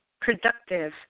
productive